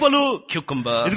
Cucumber